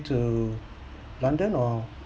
to london or